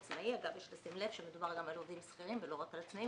יש לשים לב שמדובר גם על עובדים שכירים ולא רק על עצמאיים